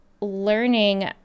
learning